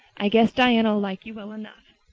i guess diana ll like you well enough.